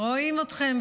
רואים אתכם.